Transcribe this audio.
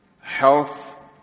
health